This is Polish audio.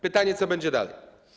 Pytanie, co będzie dalej.